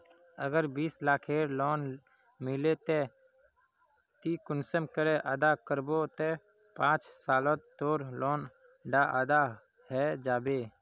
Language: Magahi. अगर बीस लाखेर लोन लिलो ते ती कुंसम करे अदा करबो ते पाँच सालोत तोर लोन डा अदा है जाबे?